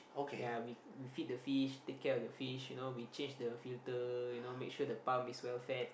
ya we we feed the fish take care of the fish you know we change the filter you know make sure the pump is well fed